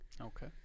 Okay